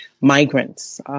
migrants